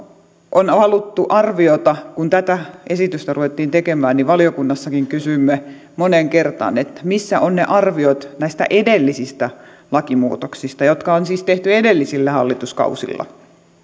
aikaisemmin on haluttu arviota ja kun tätä esitystä ruvettiin tekemään niin valiokunnassakin kysyimme moneen kertaan missä ovat arviot näistä edellisistä lakimuutoksista jotka on siis tehty edellisillä hallituskausilla